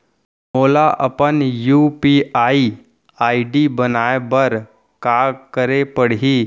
मोला अपन UPI ID बनाए बर का करे पड़ही?